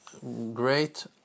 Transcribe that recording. great